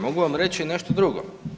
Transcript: Mogu vam reći nešto drugo.